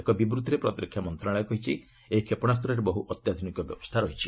ଏକ ବିବୃଭିରେ ପ୍ରତିରକ୍ଷା ମନ୍ତ୍ରଣାଳୟ କହିଛି ଏହି କ୍ଷେପଣାସ୍ତରେ ବହୁ ଅତ୍ୟାଧୁନିକ ବ୍ୟବସ୍ଥା ରହିଛି